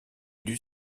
dut